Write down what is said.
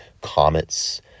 comets